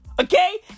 Okay